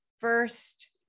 first